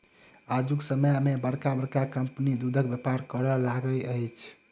आजुक समय मे बड़का बड़का कम्पनी दूधक व्यापार करय लागल अछि